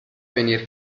venir